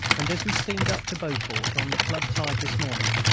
and as we steamed up to beaufort on the flood-tide this morning,